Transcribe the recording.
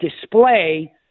display